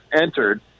entered